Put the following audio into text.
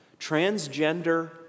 transgender